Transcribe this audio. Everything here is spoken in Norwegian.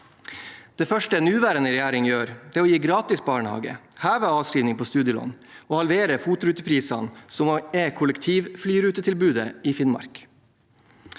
Det første den nåværende regjeringen gjør, er å gi gratis barnehage, heve avskrivning på studielån og halvere FOTruteprisene, som er kollektivflyrutetilbudet i Finnmark.